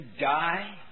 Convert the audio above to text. die